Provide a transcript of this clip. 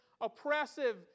oppressive